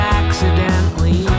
accidentally